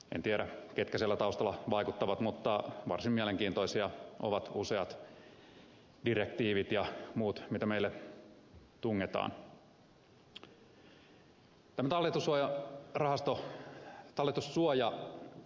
en tiedä ketkä siellä taustalla vaikuttavat mutta varsin mielenkiintoisia ovat useat direktiivit ja muut mitä meille tungetaan